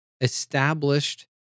established